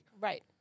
Right